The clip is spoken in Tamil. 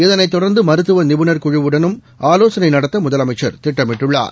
இதனைத் தொடர்ந்து மருத்துவ நிபுணர் குழுவுடனும் ஆலோசளை நடத்த முதலமைச்சர் திட்டமிட்டுள்ளார்